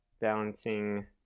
balancing